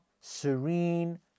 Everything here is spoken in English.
serene